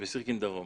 וסירקין דרום.